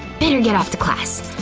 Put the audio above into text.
better get off to class.